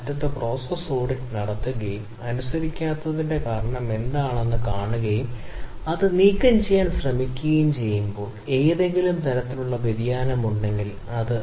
അതിനാൽ സമയത്ത് parameter design ഘട്ടം നിയന്ത്രിക്കുകയോ നീക്കം ചെയ്യുകയോ ചെയ്യാതെ ഗുണനിലവാരം മെച്ചപ്പെടുത്തുന്നു വ്യതിയാനത്തിന്റെ കാരണങ്ങൾ